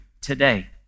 today